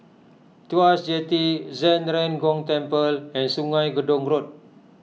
Tuas Jetty Zhen Ren Gong Temple and Sungei Gedong Road